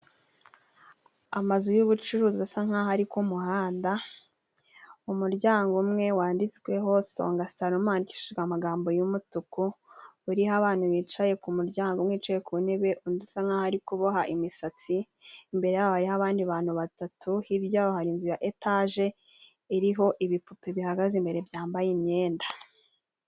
Amazu y'ubucuruzi asa nk'aho ari ku muhanda umuryango umwe wanditsweho songa saluma yandikishijwe amagambo y'umutuku uriho abantu bicaye ku muryango umwe wicaye ku ntebe undi usa nk'aho ari kuboha imisatsi imbere yabo hari abandi bantu batatu hirya hari inzu ya etaje iriho ibipupe bihagaze imbere byambaye imyenda.